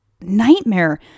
nightmare